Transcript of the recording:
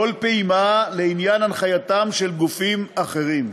כל פעימה לעניין הנחייתם של גופים אחרים.